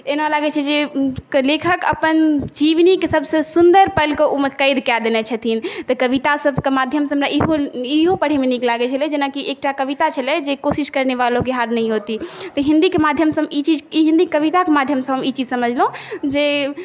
एना लागै छै जे लेखक अपन जीवनीकेँ सबसे सुन्दर पलके ओहिमे कैद कऽ देने छथिन तऽ कविता सभकेँ माध्यमसँ हमरा इहो पढ़ैमे नीक लागै छलै जेनाकि एकटा कविता छलै जे कोशिश करने वालो की हार नहीं होती तऽ हिन्दीके माध्यमसँ हम ई चीज हिन्दी कविताक माध्यमसँ ई चीज समझलहुँ जे